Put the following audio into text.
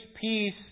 peace